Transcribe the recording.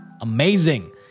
amazing